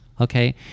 Okay